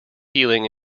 healing